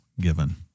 given